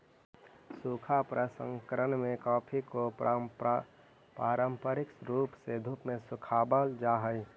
सूखा प्रसंकरण में कॉफी को पारंपरिक रूप से धूप में सुखावाल जा हई